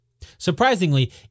Surprisingly